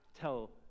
tell